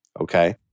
okay